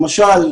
למשל,